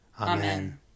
Amen